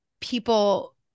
people